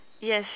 yes